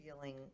feeling